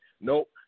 nope